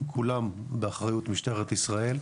כולם באחריות משטרת ישראל,